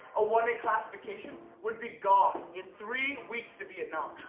a one in classification, would be gone in three weeks to vietnam.